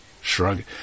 Shrug